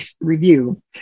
review